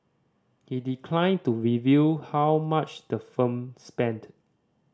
he declined to reveal how much the firm spent